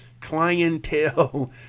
clientele